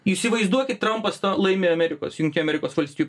įsivaizduokit trampas laimėjo amerikos jungtinių amerikos valstijų